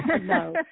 No